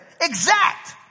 Exact